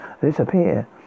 disappear